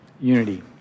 unity